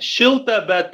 šilta bet